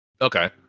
Okay